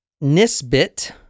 Nisbet